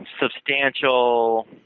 substantial